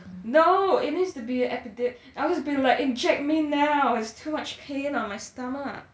no it needs to be epidur~ I'll just be like inject me now there's too much pain on my stomach